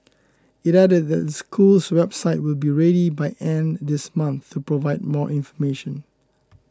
it added that the school's website will be ready by end this month to provide more information